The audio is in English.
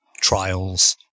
trials